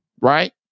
Right